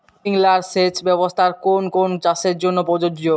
Sprinkler সেচ ব্যবস্থার কোন কোন চাষের জন্য প্রযোজ্য?